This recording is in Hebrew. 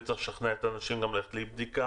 וצריך לשכנע את האנשים גם ללכת לבדיקה